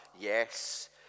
Yes